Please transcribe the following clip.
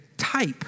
type